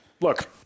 look